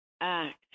act